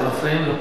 אתם מפריעים לו.